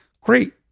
Great